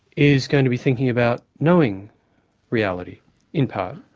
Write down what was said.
is going to be thinking about knowing reality in part,